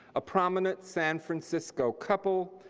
a prominent san francisco couple,